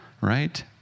right